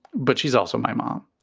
but she's also my mom.